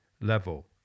level